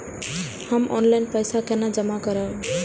हम ऑनलाइन पैसा केना जमा करब?